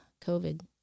COVID